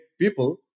people